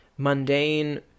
Mundane